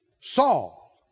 Saul